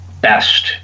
best